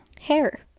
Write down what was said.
Hair